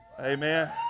amen